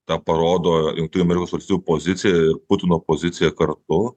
tą parodo jungtinių amerikos valstijų pozicijair putino pozicija kartu